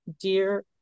dear